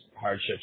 hardships